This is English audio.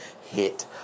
hit